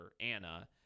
Anna